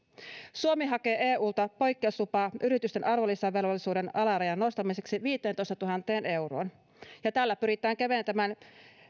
suomi hakee eulta poikkeuslupaa yritysten arvonlisäverovelvollisuuden alarajan nostamiseksi viiteentoistatuhanteen euroon ja tällä pyritään keventämään